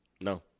no